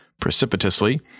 precipitously